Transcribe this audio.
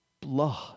blood